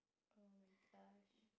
!oh-my-gosh!